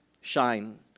shine